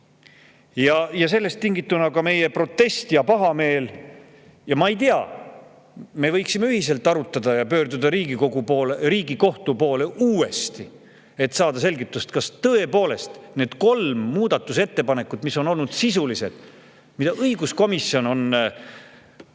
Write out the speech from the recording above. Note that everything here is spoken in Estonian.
Sellest tingituna ka meie protest ja pahameel. Ma ei tea, me võiksime seda ühiselt arutada ja pöörduda uuesti Riigikohtu poole, et saada selgust, kas tõepoolest need kolm muudatusettepanekut, mis on olnud sisulised ja mille õiguskomisjon kodu-